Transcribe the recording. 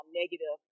negative